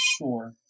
sure